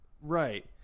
Right